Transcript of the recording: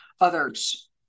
others